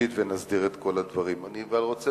אדוני היושב-ראש, נכבדי